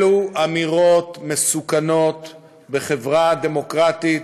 אלו אמירות מסוכנות בחברה דמוקרטית,